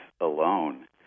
alone